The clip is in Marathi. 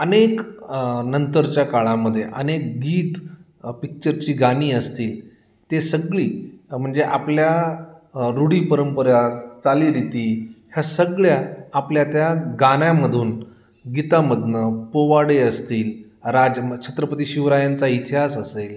अनेक नंतरच्या काळामध्ये अनेक गीत पिकच्चरची गाणी असतील ते सगळी म्हणजे आपल्या रूढी परंपऱ्या चालीरीती ह्या सगळ्या आपल्या त्या गाण्यामधून गीतामधनं पोवाडे असतील राजम छत्रपती शिवरायांचा इतिहास असेल